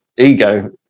ego